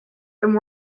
and